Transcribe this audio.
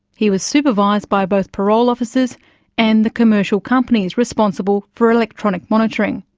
he was supervised by both parole officers and the commercial companies responsible for electronic monitoring.